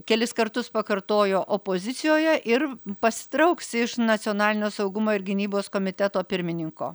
kelis kartus pakartojo opozicijoje ir pasitrauks iš nacionalinio saugumo ir gynybos komiteto pirmininko